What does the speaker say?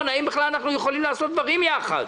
האם בכלל אנחנו יכולים לעשות דברים ביחד.